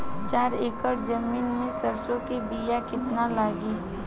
चार एकड़ जमीन में सरसों के बीया कितना लागी?